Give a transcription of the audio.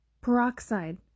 Peroxide